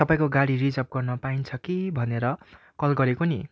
तपाईँको गाडी रिजर्भ गर्न पाइन्छ कि भनेर कल गरेको नि